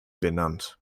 benannt